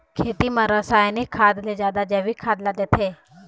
खेती म रसायनिक खाद ले जादा जैविक खाद ला देथे